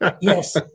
Yes